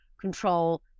control